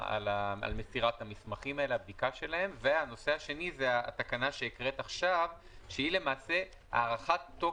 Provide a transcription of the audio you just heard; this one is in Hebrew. פיקוח ובדיקה, כאשר התנאים המהותיים כבר נקבעו